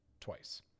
twice